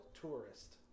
Tourist